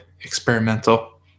experimental